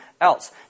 else